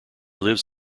lives